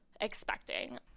expecting